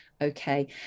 okay